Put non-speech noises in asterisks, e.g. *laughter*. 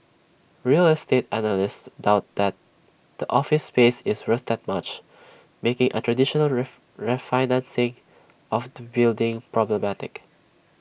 real estate analysts doubt that the office space is worth that much making A traditional *unintelligible* refinancing of the building problematic